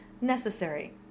necessary